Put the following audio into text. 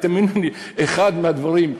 אחד מהדברים,